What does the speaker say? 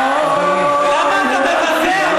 יתנשא.) למה אתה מבזה את התפילה?